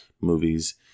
movies